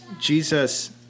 Jesus